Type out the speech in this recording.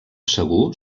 segur